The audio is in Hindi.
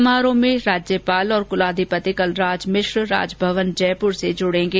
समारोह में राज्यपाल और कुलाधिपति कलराज मिश्र राजभवन जयपुर से जुड़ेंगे